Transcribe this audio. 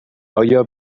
ایا